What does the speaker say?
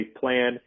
plan